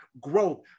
growth